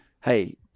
hey